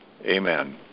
Amen